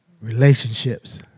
Relationships